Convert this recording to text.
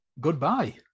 goodbye